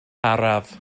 araf